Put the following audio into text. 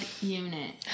unit